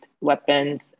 weapons